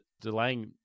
delaying